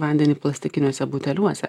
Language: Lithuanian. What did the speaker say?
vandenį plastikiniuose buteliuose